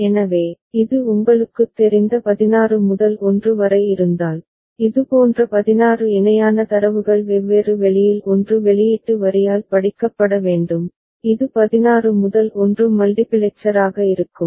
எனவே நாம் புரிந்துகொண்டது என்னவென்றால் வெவ்வேறு மட்டு எண்களுக்கான ஒத்திசைவான எதிர் வடிவமைப்பிற்கு தொடர்ச்சியான லாஜிக் சர்க்யூட் வடிவமைப்பு கருத்து பயன்படுத்தப்படலாம் மேலும் இதுபோன்ற வடிவமைப்பு ஒத்திசைவற்ற மீட்டமைப்பு அடிப்படையிலான எதிர் வடிவமைப்பிற்காகக் காணப்படும் தடுமாற்றத்தைத் தவிர்க்கலாம்